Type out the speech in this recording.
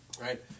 Right